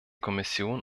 kommission